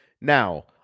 Now